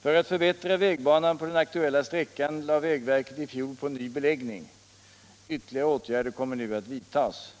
För att förbättra vägbanan på den aktuella sträckan lade vägverket i fjol på en ny beläggning. Ytterligare åtgärder kommer nu att vidtas.